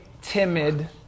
timid